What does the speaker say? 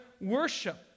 worship